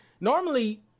normally